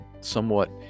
somewhat